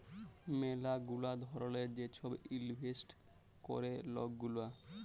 ম্যালা গুলা ধরলের যে ছব ইলভেস্ট ক্যরে লক গুলা